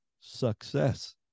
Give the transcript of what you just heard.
success